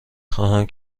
خواهم